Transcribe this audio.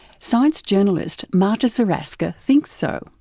science journalist marta zaraska thinks so,